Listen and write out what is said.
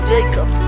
Jacob